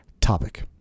topic